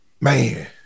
man